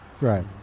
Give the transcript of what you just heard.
Right